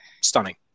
stunning